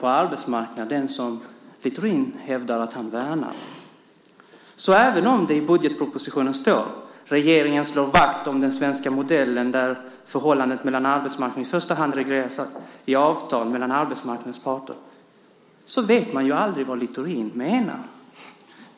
på arbetsmarknaden. Det är ju den som Littorin hävdar att han värnar. Även om det i budgetpropositionen står att regeringen slår vakt om den svenska modellen där förhållandet mellan arbetsmarknadens parter i första hand regleras i avtal mellan parterna så vet man aldrig vad Littorin menar.